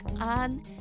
on